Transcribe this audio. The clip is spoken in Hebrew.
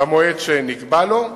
במועד שנקבע לו.